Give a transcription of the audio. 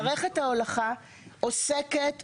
מערכת ההולכה עוסקת,